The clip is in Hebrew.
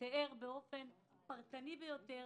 שתיאר באופן פרטני ביותר,